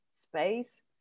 space